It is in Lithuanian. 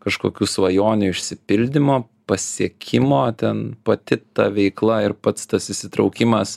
kažkokių svajonių išsipildymo pasiekimo ten pati ta veikla ir pats tas įsitraukimas